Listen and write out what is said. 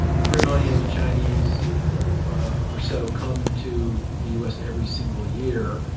three million chinese but or so come to the u s. every single year,